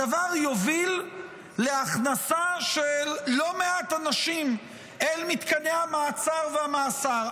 הדבר יוביל להכנסה של לא מעט אנשים אל מתקני המעצר והמאסר.